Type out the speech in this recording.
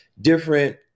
different